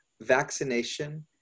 vaccination